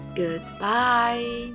goodbye